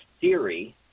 theory